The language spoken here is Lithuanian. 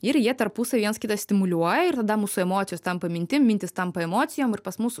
ir jie tarpusavy viens kitą stimuliuoja ir tada mūsų emocijos tampa mintim mintys tampa emocijom ir pas mūsų